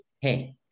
hey